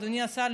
אדוני השר,